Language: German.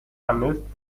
vermisst